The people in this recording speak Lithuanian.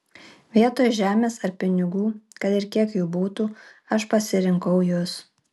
vietoj žemės ar pinigų kad ir kiek jų būtų aš pasirinkau jus